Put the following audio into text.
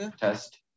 Test